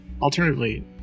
Alternatively